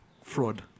fraud